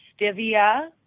stevia